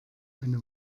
eine